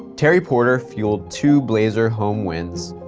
terry porter fueled two blazer home wins.